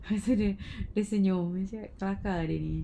lepas tu dia dia senyum lepas tu cakap kelakar tadi